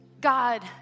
God